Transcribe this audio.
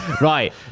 Right